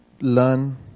learn